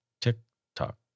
TikTok